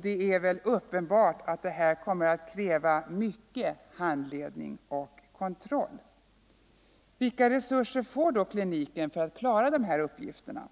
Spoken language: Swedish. Det är väl uppenbart att detta kommer att kräva mycket handledning och kontroll. Vilka resurser får då kliniken för att klara de här uppgifterna?